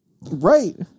Right